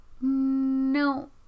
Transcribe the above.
No